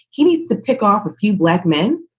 he needs to pick off a few black men,